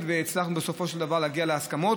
והצלחנו בסופו של דבר להגיע להסכמות,